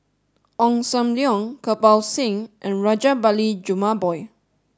Ong Sam Leong Kirpal Singh and Rajabali Jumabhoy